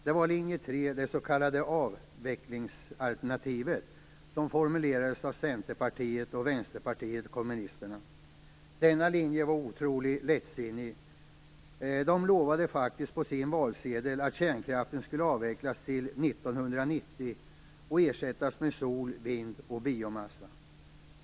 Det var linje 3, det s.k. avvecklingsalternativet, som formulerades av Centerpartiet och Vänsterpartiet kommunisterna. Denna linje var otroligt lättsinnig. De lovade faktiskt på sin valsedel att kärnkraften skulle avvecklas till 1990 och ersättas med sol, vind och biomassa.